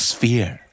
Sphere